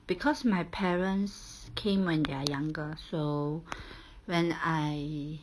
because my parents came when they are younger so when I